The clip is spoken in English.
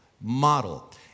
model